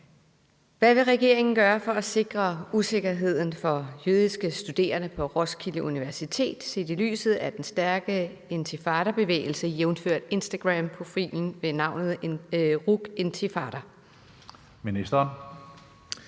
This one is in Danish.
Hvad vil regeringen gøre for at sikre trygheden for jødiske studerende på Roskilde Universitet set i lyset af den stærke Intifadabevægelse, jf. instagramprofilen med navnet rucintifada? Kl.